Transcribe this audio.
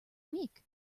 week